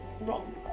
wrong